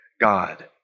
God